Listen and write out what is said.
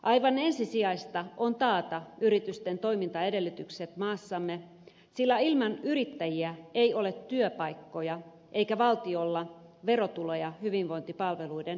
aivan ensisijaista on taata yritysten toimintaedellytykset maassamme sillä ilman yrittäjiä ei ole työpaikkoja eikä valtiolla verotuloja hyvinvointipalveluiden kattamiseksi